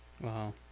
wow